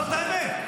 זאת האמת.